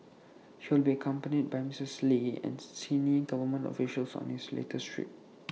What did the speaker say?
he will be accompanied by Misters lee and senior government officials on his latest trip